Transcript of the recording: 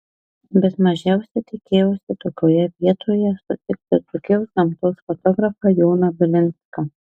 bet mažiausiai tikėjausi tokioje vietoje sutikti dzūkijos gamtos fotografą joną bilinską